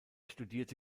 studierte